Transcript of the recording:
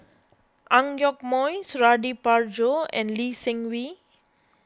Ang Yoke Mooi Suradi Parjo and Lee Seng Wee